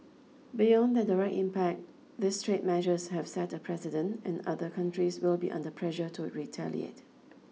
beyond their direct impact these trade measures have set a precedent and other countries will be under pressure to retaliate